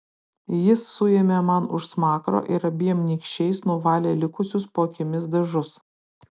jis suėmė man už smakro ir abiem nykščiais nuvalė likusius po akimis dažus